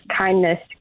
kindness